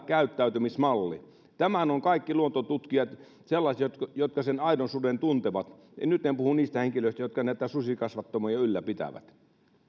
käyttäytymismalli tätä mieltä ovat kaikki luontotutkijat sellaiset jotka sen aidon suden tuntevat ja nyt en puhu niistä henkilöistä jotka näitä susikasvattamoja ylläpitävät